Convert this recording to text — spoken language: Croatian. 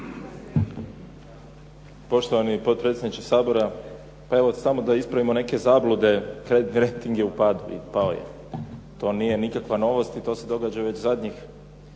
Poštovani potpredsjedniče Sabora. Evo samo da ispravimo neke zablude. Kreditni rejting je u padu i pao je. To nije nikakva novost i to se događa već zadnjih